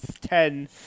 ten